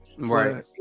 Right